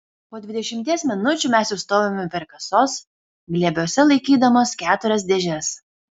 po dvidešimties minučių mes jau stovime prie kasos glėbiuose laikydamos keturias dėžes